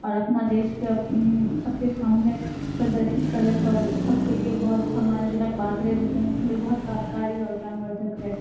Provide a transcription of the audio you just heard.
आओर अपना देश के सबके सामने प्रदर्शित करै और सबके लिए सम्मानजनक बात रहै जेकी हमलोग के लिए बहोत लाभकारी और ज्ञानवर्द्धक रहै